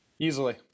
Easily